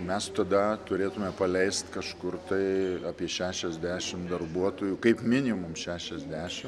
mes tada turėtume paleist kažkur tai apie šešiasdešim darbuotojų kaip minimum šešiasdešim